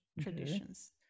traditions